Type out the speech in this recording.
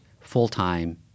full-time